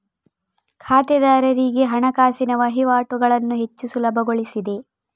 ಖಾತೆದಾರರಿಗೆ ಹಣಕಾಸಿನ ವಹಿವಾಟುಗಳನ್ನು ಹೆಚ್ಚು ಸುಲಭಗೊಳಿಸಿದೆ